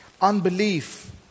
Unbelief